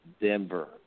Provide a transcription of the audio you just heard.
Denver